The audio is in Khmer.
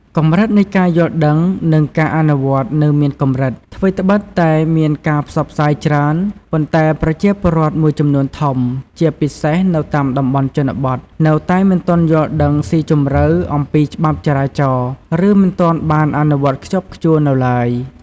កម្រិតនៃការយល់ដឹង និងការអនុវត្តនៅមានកម្រិត: ថ្វីត្បិតតែមានការផ្សព្វផ្សាយច្រើន ប៉ុន្តែប្រជាពលរដ្ឋមួយចំនួនធំ ជាពិសេសនៅតាមតំបន់ជនបទ នៅតែ មិនទាន់យល់ដឹងស៊ីជម្រៅ អំពីច្បាប់ចរាចរណ៍ ឬមិនទាន់បានអនុវត្តខ្ជាប់ខ្ជួននៅឡើយ។